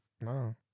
No